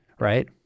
right